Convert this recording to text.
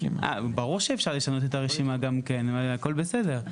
ברור שאפשר לשנות את הרשימה גם כן, הכל בסדר.